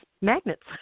magnets